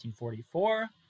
1944